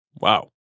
Wow